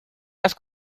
las